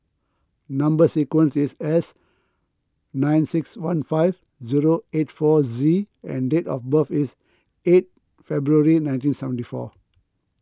Number Sequence is S nine six one five zero eight four Z and date of birth is eight February nineteen seventy four